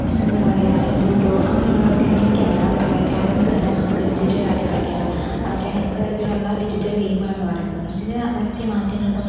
പിന്നെന്താ പറയുക ലുഡോ അങ്ങനെയുള്ളതൊക്കെയാണ് എനിക്കറിയാവുന്നത് അതേ പോലെ ക്യാരംസ് തന്നെ നമുക്ക് ഡിജിറ്റലായിട്ട് കളിക്കാമല്ലോ അതൊക്കെയാണ് എന്റെ അറിവിലുള്ള ഡിജിറ്റല് ഗെയിമുകളെന്നു പറയുന്നത് ഇതിനു വരുത്തിയ മാറ്റങ്ങളിപ്പം